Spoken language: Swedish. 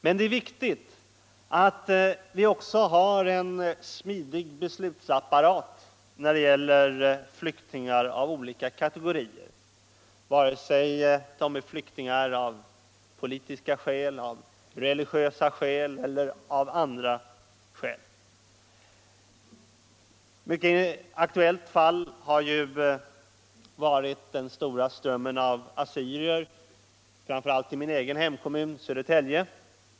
Men det är också viktigt att vi har en smidig beslutsapparat när det gäller flyktingar av olika kategorier, oavsett om de är flyktingar av politiska, religiösa eller andra skäl. Ett mycket aktuellt fall har varit den stora strömmen av assyrier; framför allt har det gällt min hemkommun Södertälje.